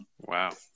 wow